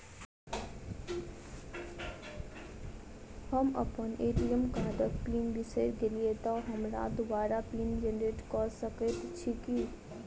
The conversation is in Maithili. हम अप्पन ए.टी.एम कार्डक पिन बिसैर गेलियै तऽ हमरा दोबारा पिन जेनरेट कऽ सकैत छी की?